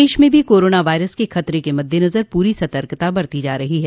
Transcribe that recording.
प्रदेश में भी corona virus के खतरे के मद्देनजर पूरी सतर्कता बरती जा रही है